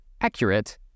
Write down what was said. accurate